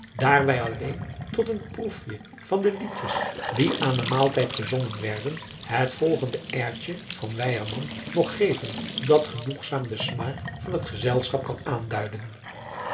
wij alleen tot een proefje van de liedjes die aan de maaltijd gezongen werden het volgende airtje van weyerman nog geven dat genoegzaam den smaak van adriaan loosjes pzn het leven van johannes wouter blommesteyn het gezelschap kan aanduiden